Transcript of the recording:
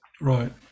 Right